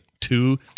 Two